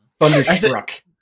Thunderstruck